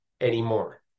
anymore